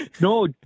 No